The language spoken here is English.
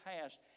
past